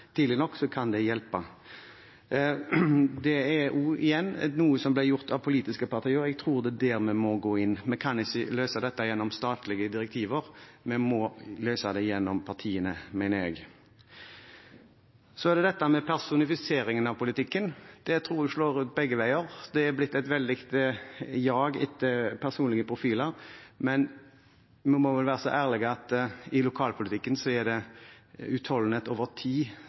tidlig nok, kan det hjelpe. Det er også, igjen, noe som ble gjort av politiske partier, og jeg tror det er der vi må gå inn. Vi kan ikke løse dette gjennom statlige direktiver; vi må løse det gjennom partiene, mener jeg. Så er det dette med personifiseringen av politikken. Det tror jeg slår ut begge veier. Det er blitt et veldig jag etter personlige profiler, men vi må vel være så ærlige og si at i lokalpolitikken er det utholdenhet over tid